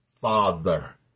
Father